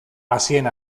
hazien